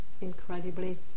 incredibly